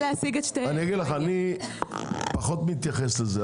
אני פחות מתייחס לזה.